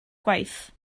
gwaith